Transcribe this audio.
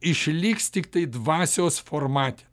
išliks tiktai dvasios formate